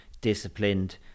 disciplined